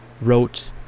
wrote